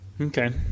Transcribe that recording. Okay